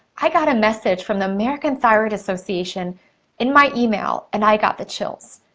i got a message from the american thyroid association in my email, and i got the chills.